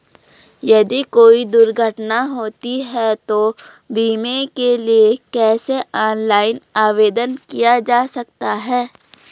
यदि कोई दुर्घटना होती है तो बीमे के लिए कैसे ऑनलाइन आवेदन किया जा सकता है?